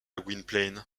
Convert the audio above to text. gwynplaine